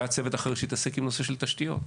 והיה צוות אחר שהתעסק בנושא של תשתיות,